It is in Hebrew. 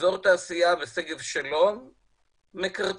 אזור התעשייה בשגב שלום מקרטע,